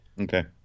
Okay